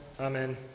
Amen